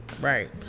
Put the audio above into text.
right